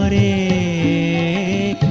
a